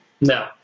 No